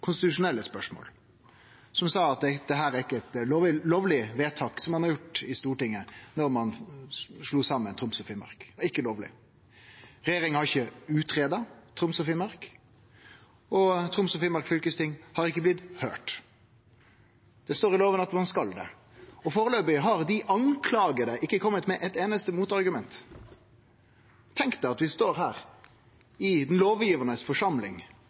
konstitusjonelle spørsmål. Han sa at det ikkje er eit lovleg vedtak ein har gjort i Stortinget da ein slo saman Troms og Finnmark – ikkje lovleg. Regjeringa har ikkje greidd ut Troms og Finnmark, og fylkestinga i Troms og Finnmark er ikkje blitt høyrde. Det står det i lova at ein skal. Førebels har dei som er klaga inn, ikkje kome med eit einaste motargument. Tenk at vi står her, i den lovgivande